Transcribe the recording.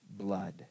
blood